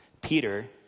Peter